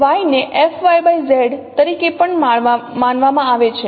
એ જ રીતે Y ને તરીકે પણ માનવામાં આવે છે